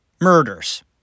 Murders